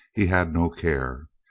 he had no care.